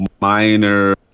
minor